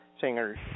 singers